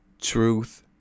truth